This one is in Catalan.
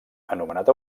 anomenat